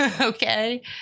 okay